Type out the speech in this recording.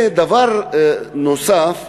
דבר נוסף,